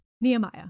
Nehemiah